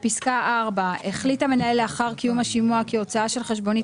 (4) החליט המנהל לאחר קיום השימוע כי הוצאה של חשבונית